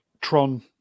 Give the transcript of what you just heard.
Tron